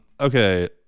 Okay